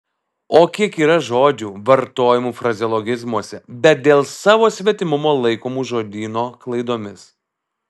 o kiek yra žodžių vartojamų frazeologizmuose bet dėl savo svetimumo laikomų žodyno klaidomis